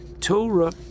Torah